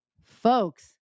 folks